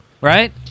right